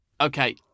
Okay